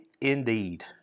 indeed